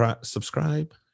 subscribe